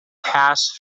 passed